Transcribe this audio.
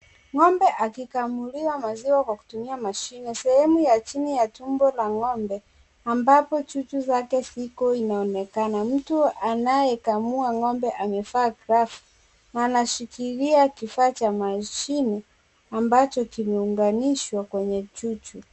Ng'ombe akikamuliwa maziwa kutumia mashine sehemu ya chini ya tumbo ya ng'ombe ambapo chuchu zake ziko inaonekana. Mtu anayekaamua ng'ombe amevaa glavu na anaishikilia kifaa cha mashini ambacho kimeunganishwa kwenye chuchu.